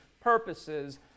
purposes